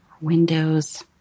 windows